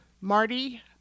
Marty